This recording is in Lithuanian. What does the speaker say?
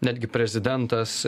netgi prezidentas